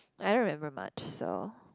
I don't remember much so